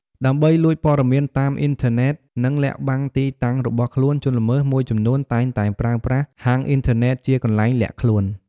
ដើម្បី លួចព័ត៌មានតាមអ៊ីនធឺណិត និង លាក់បាំងទីតាំង របស់ខ្លួន ជនល្មើស មួយចំនួនតែងតែប្រើប្រាស់ ហាងអ៊ីនធឺណិតជាកន្លែងលាក់ខ្លួន។